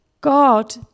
God